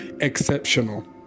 exceptional